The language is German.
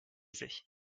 sich